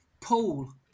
pool